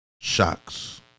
shocks